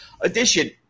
edition